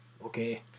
Okay